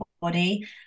body